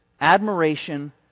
admiration